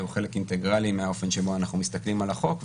הוא חלק אינטגרלי מהאופן שבו אנחנו מסתכלים על החוק.